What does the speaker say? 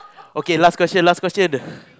okay last question last question